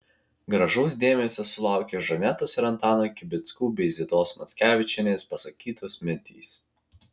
gražaus dėmesio sulaukė žanetos ir antano kibickų bei zitos mackevičienės pasakytos mintys